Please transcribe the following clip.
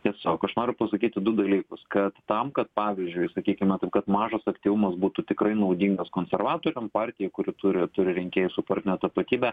tiesiog aš noriu pasakyti du dalykus kad tam kad pavyzdžiui sakykime taip kad mažas aktyvumas būtų tikrai naudingas konservatoriam partijai kuri turi turi rinkėjus su partine tapatybe